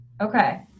okay